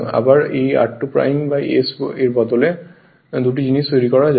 আবার এই R2 s বলে দুটি জিনিস তৈরি করা যায়